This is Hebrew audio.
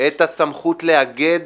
את הסמכות לאגד